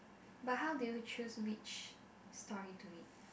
but how do you choose which story to read